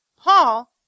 Paul